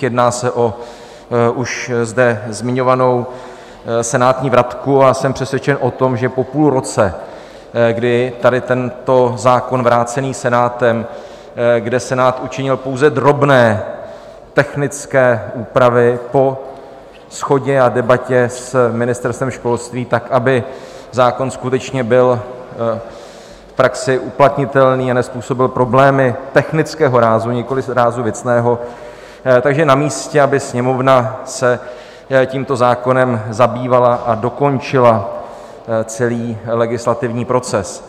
Jedná se o už zde zmiňovanou senátní vratku a jsem přesvědčen o tom, že po půl roce, kdy tady tento zákon vrácený Senátem, kde Senát učinil pouze drobné, technické úpravy, po shodě a debatě s Ministerstvem školství, tak aby zákon skutečně byl v praxi uplatnitelný a nezpůsobil problémy technického rázu, nikoliv rázu věcného, takže je namístě, aby Sněmovna se tímto zákonem zabývala a dokončila celý legislativní proces.